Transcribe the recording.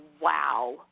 wow